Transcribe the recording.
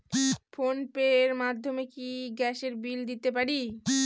Phone pay র মাধ্যমে কি গ্যাসের বিল দিতে পারি?